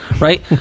right